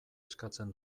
eskatzen